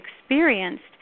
experienced